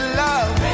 love